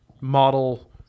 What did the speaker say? model